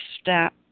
step